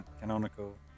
canonical